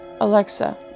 Alexa